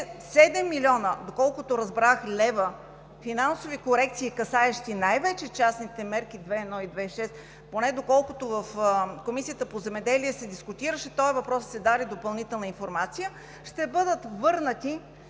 и, доколкото разбрах, тези 7 млн. лв. финансови корекции, касаещи най-вече частните мерки 2.1 и 2.6, поне доколкото в Комисията по земеделието се дискутираше този въпрос и се даде допълнителна информация, ще бъдат върнати